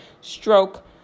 stroke